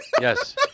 Yes